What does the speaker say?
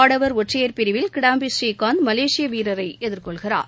ஆடவர் ஒற்றையர் பிரிவில் கிடாம்பி ஸ்ரீகாந்த் மலேசிய வீரரை எதிர்கொள்கிறார்